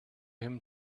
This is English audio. him